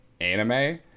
anime